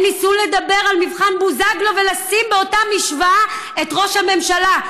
הם ניסו לדבר על מבחן בוזגלו ולשים באותה משוואה את ראש הממשלה.